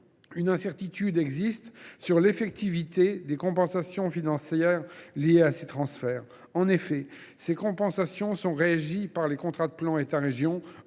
une incertitude pèse sur l’effectivité des compensations financières liées à ces transferts : celles ci sont régies par les contrats de plan État région